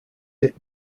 hit